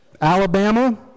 Alabama